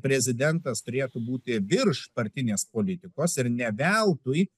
prezidentas turėtų būti virš partinės politikos ir ne veltui